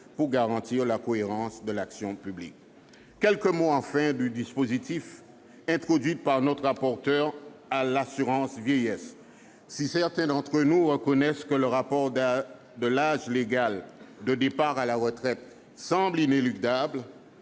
pour garantir la cohérence de l'action publique. Quelques mots enfin sur la disposition introduite par notre rapporteur relative à l'assurance vieillesse : si certains d'entre nous reconnaissent que le report de l'âge légal de départ à la retraite semble inéluctable,